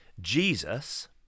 Jesus